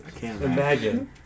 Imagine